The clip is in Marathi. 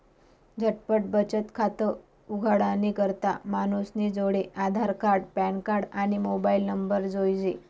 झटपट बचत खातं उघाडानी करता मानूसनी जोडे आधारकार्ड, पॅनकार्ड, आणि मोबाईल नंबर जोइजे